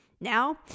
Now